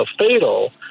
fatal